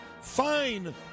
Fine